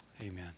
amen